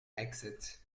exit